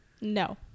No